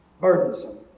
burdensome